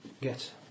get